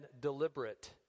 deliberate